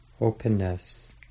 openness